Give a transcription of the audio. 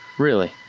really?